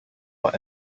what